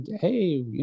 hey